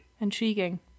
Intriguing